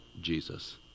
Jesus